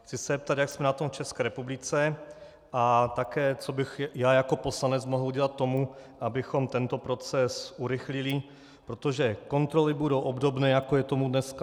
Chci se zeptat, jak jsme na tom v České republice, a také, co bych já jako poslanec mohl udělat k tomu, abychom tento proces urychlili, protože kontroly budou obdobné, jako je tomu dneska.